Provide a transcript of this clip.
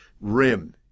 Rim